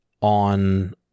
on